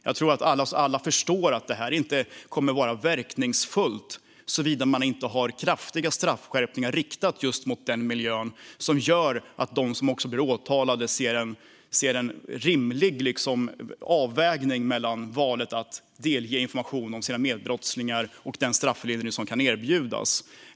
Jag tror att alla förstår att detta inte kommer att vara verkningsfullt, såvida det inte blir kraftiga straffskärpningar riktade just mot den miljön som gör att de som blir åtalade ser en rimlig avvägning mellan valet att delge information om sina medbrottslingar och den strafflindring som kan erbjudas.